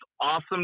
awesome